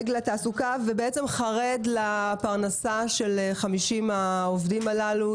לתעסוקה ובעצם חרד לפרנסה של 50 העובדים הללו,